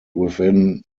within